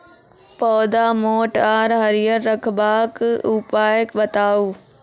पौधा मोट आर हरियर रखबाक उपाय बताऊ?